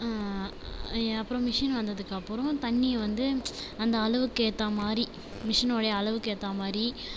அப்புறம் மிஷின் வந்ததுக்கப்புறம் தண்ணியை வந்து அந்த அளவுக்கு ஏற்ற மாதிரி மிஷினோடைய அளவுக்கு ஏற்ற மாதிரி